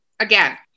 again